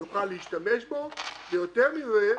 יוכל להשתמש בו, ויותר מזה,